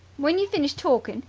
when you've finished torkin',